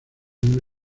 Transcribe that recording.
una